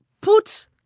put